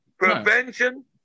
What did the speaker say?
Prevention